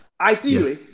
Ideally